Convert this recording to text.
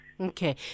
Okay